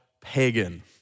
pagan